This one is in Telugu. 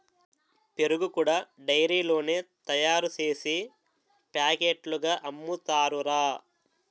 పెరుగు కూడా డైరీలోనే తయారుసేసి పాకెట్లుగా అమ్ముతారురా